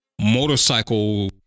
motorcycle